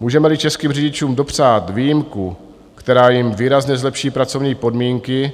Můžemeli českým řidičům dopřát výjimku, která jim výrazně zlepší pracovní podmínky